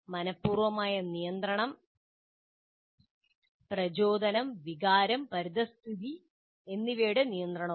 മനഃപുർവമായ നിയന്ത്രണം പ്രചോദനം വികാരം പരിസ്ഥിതി എന്നിവയുടെ നിയന്ത്രണവും